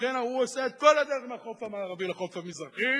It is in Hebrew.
הוא עושה את כל הדרך מהחוף המערבי לחוף המזרחי